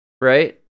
right